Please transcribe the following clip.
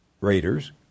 raiders